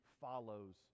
follows